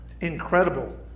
incredible